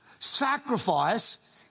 sacrifice